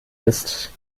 ist